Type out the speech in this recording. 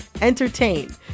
entertain